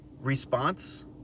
response